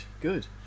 good